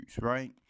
right